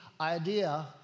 idea